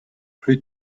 plus